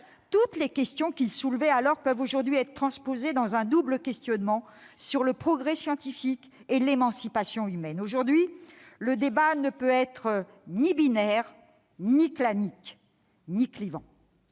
Toutes les interrogations que Rousseau soulevait alors peuvent aujourd'hui être transposées dans un double questionnement sur le progrès scientifique et l'émancipation humaine. Aujourd'hui, le débat ne peut être ni binaire ni clivant.